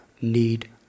need